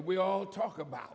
we all talk about